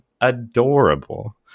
adorable